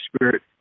spirit